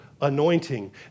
anointing